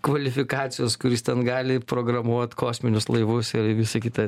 kvalifikacijos kuris ten gali programuot kosminius laivus ir visa kita